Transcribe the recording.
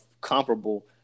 comparable